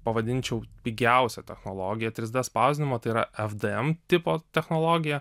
pavadinčiau pigiausia technologija trys d spausdinimo tai yra fdm tipo technologija